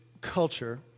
culture